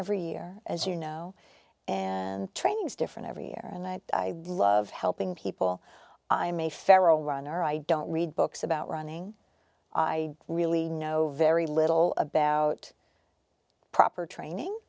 every year as you know and training is different every year and i love helping people i'm a feral ron are i don't read books about running i really know very little about proper training